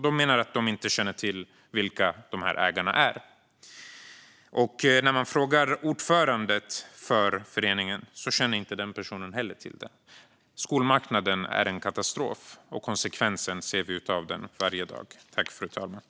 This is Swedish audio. De menar att de inte känner till vilka de här ägarna är, och inte heller ordföranden för föreningen känner till det. Skolmarknaden är en katastrof, och konsekvenserna av den ser vi varje dag.